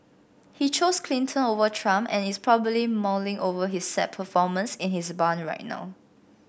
he chose Clinton over Trump and is probably mulling over his sad performance in his barn right now